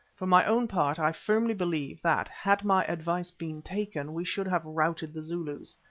for my own part i firmly believe that had my advice been taken we should have routed the zulus.